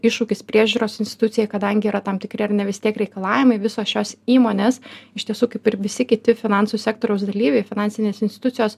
iššūkis priežiūros institucijai kadangi yra tam tikri ar ne vis tiek reikalavimai visos šios įmonės iš tiesų kaip ir visi kiti finansų sektoriaus dalyviai finansinės institucijos